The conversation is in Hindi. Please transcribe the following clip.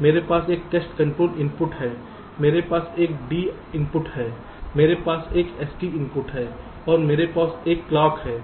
मेरे पास एक टेस्ट कंट्रोल इनपुट है मेरे पास एक D इनपुट है मेरे पास एक SD इनपुट है और मेरे पास एक क्लॉक है